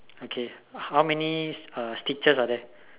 okay how many stitches are there